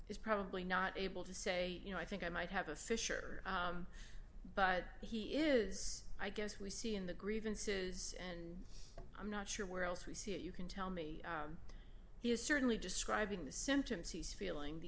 is probably not able to say you know i think i might have a fisher but he is i guess we see in the grievances and i'm not sure where else we see it you can tell me he is certainly describing the symptoms he's feeling the